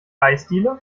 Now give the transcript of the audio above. eisdiele